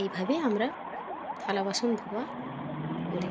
এইভাবে আমরা থালা বাসন ধোয়া করি